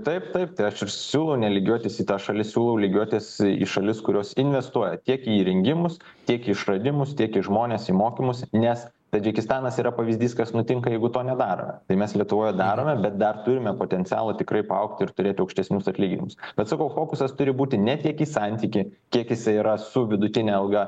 taip taip tai aš ir siūlau ne lygiuotis į tas šalis siūlau lygiuotis į šalis kurios investuoja tiek į įrengimus tiek į išradimus tiek į žmones į mokymus nes tadžikistanas yra pavyzdys kas nutinka jeigu to nedaro tai mes lietuvoje darome bet dar turime potencialo tikrai paaugti ir turėti aukštesnius atlyginimus bet sakau fokusas turi būti ne tiek į santykį kiek jisai yra su vidutine alga